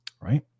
right